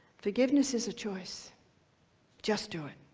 forgiveness is a choice just do it,